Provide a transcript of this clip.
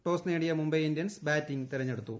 toss നേടിയ Mumbai Indians batting തെരഞ്ഞെടുത്തു